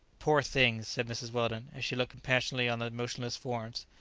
poor things! said mrs. weldon, as she looked compassionately on the motionless forms.